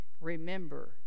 Remember